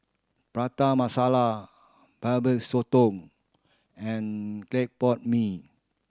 Prata Masala sotong and clay pot mee